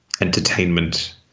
entertainment